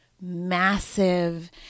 massive